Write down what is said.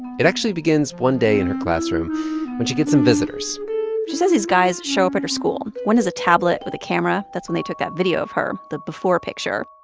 it actually begins one day in her classroom when she gets some visitors she says these guys show up at her school. one has a tablet with a camera. that's when they took that video of her the before picture.